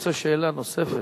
רוצה שאלה נוספת.